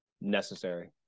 necessary